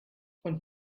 und